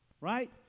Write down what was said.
Right